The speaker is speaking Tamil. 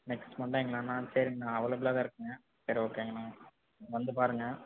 நெக்ஸ்ட் மண்டேங்களாண்ணா சரிங்கண்ணா அவைளபுலாக தான் இருக்குதுங்க சரி ஓகேங்கண்ணா வந்து பாருங்கள்